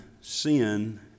sin